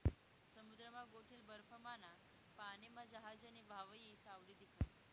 समुद्रमा गोठेल बर्फमाना पानीमा जहाजनी व्हावयी सावली दिखस